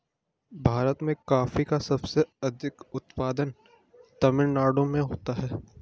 भीरत में कॉफी का सबसे अधिक उत्पादन तमिल नाडु में होता है